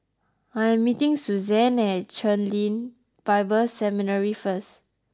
I am meeting Suzann at Chen Lien Bible Seminary first